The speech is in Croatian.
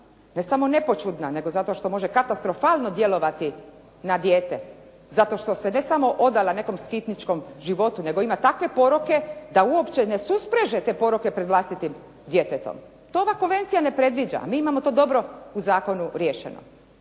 ne samo nepoćudna, nego zato što može katastrofalno djelovati na dijete, zato što se ne samo odala nekom skitničkom životu, nego ima takve poroke da uopće ne suspreže te poroke pred vlastitim djetetom. To ova konvencija ne predviđa, a mi imamo to dobro u zakonu riješeno.